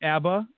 Abba